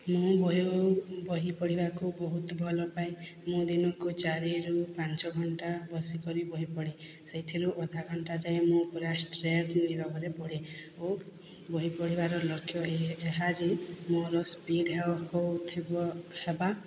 ମୁଁ ବହି ବହି ପଢ଼ିବାକୁ ବହୁତ ଭଲ ପାଏ ମୁଁ ଦିନକୁ ଚାରିରୁ ପାଞ୍ଚ ଘଣ୍ଟା ବସି କରି ବହି ପଢ଼େ ସେଇଥିରୁ ଅଧାଘଣ୍ଟା ଯାଏ ମୁଁ ପୁରା ଷ୍ଟ୍ରେଟ୍ ନୀରବରେ ପଢ଼େ ଓ ବହି ପଢ଼ିବାର ଲକ୍ଷ୍ୟ ଏହି ଏହା ଯେ ମୋର ସ୍ପିଡ଼୍ ହେଉ ହେଉଥିବ ହେବା